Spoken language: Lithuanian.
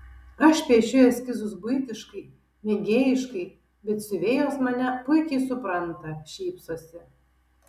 aš piešiu eskizus buitiškai mėgėjiškai bet siuvėjos mane puikiai supranta šypsosi